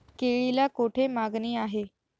केळीला कोठे मागणी आहे?